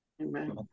Amen